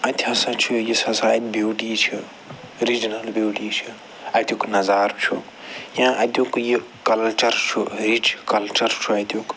اَتہِ ہَسا چھِ یُس ہَسا اَتہِ بیوٗٹی چھِ رِجنَل بیوٗٹی چھِ اَتیُک نظار چھُ یا اَتیُک یہِ کَلچَر چھُ رِچ کَلچَر چھُ اَتیُک